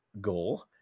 goal